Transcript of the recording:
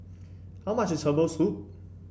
how much is Herbal Soup